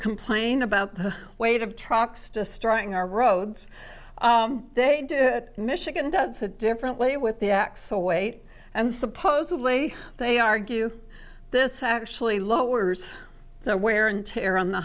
complain about the weight of trucks destroying our roads they do michigan does a different way with the axle weight and supposedly they argue this actually lowers the wear and tear on the